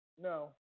No